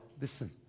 listen